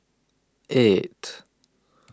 eight